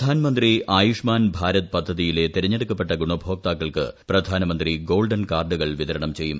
പ്രധാനമന്ത്രി ആയുഷ്മാൻ ഭാരത് പദ്ധതിയിലെ തെരഞ്ഞെടുക്കപ്പെട്ട ഗുണഭോക്താക്കൾക്ക് പ്രധാനമന്ത്രി ഗോൾഡൺ കാർഡുകൾ വിതരണം ചെയ്യും